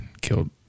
Killed